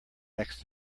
next